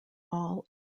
all